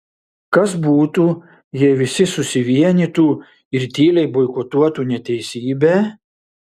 kas būtų jei visi susivienytų ir tyliai boikotuotų neteisybę